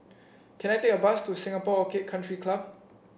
can I take a bus to Singapore Orchid Country Club